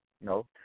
No